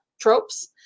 tropes